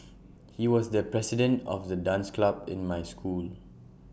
he was the president of the dance club in my school